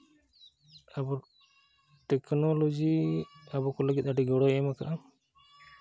ᱟᱵᱚ ᱴᱮᱠᱱᱳᱞᱚᱡᱤ ᱟᱵᱚ ᱠᱚ ᱞᱟᱹᱜᱤᱫ ᱟᱹᱰᱤ ᱜᱚᱲᱚᱭ ᱮᱢ ᱟᱠᱟᱫᱼᱟ